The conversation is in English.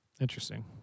Interesting